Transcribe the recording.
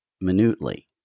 minutely